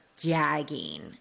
gagging